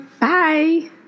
Bye